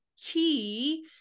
key